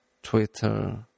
Twitter